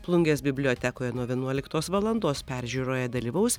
plungės bibliotekoje nuo vienuoliktos valandos peržiūroje dalyvaus